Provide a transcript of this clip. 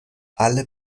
alle